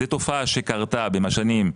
זאת תופעה שקרתה בין השנים,